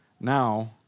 Now